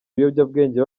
ibiyobyabwenge